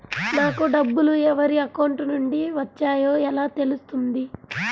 నాకు డబ్బులు ఎవరి అకౌంట్ నుండి వచ్చాయో ఎలా తెలుస్తుంది?